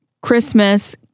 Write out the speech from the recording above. Christmas